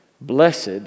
Blessed